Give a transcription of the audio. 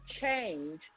change